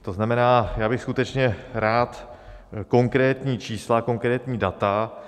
To znamená, já bych skutečně rád konkrétní čísla, konkrétní data.